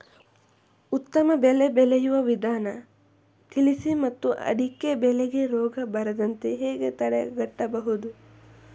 ಉತ್ತಮ ಬೆಳೆ ಬೆಳೆಯುವ ವಿಧಾನ ತಿಳಿಸಿ ಮತ್ತು ಅಡಿಕೆ ಬೆಳೆಗೆ ರೋಗ ಬರದಂತೆ ಹೇಗೆ ತಡೆಗಟ್ಟಬಹುದು?